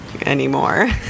Anymore